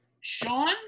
sean